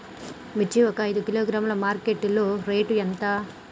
మిర్చి ఒక ఐదు కిలోగ్రాముల మార్కెట్ లో రేటు ఎంత?